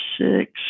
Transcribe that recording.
six